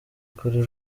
kuri